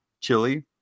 chili